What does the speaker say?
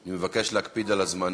אני מבקש להקפיד על הזמנים.